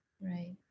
Right